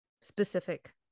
specific